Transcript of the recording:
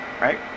right